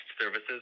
services